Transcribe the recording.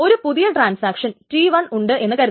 ഒരു പുതിയ transaction T1 ഉണ്ട് എന്ന് കരുതുക